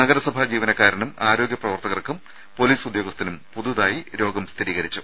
നഗരസഭാ ജീവനക്കാരനും ആരോഗ്യ പ്രവർത്തകർക്കും പൊലീസ് ഉദ്യോഗസ്ഥനും പുതിയതായി രോഗം സ്ഥിരീകരിച്ചു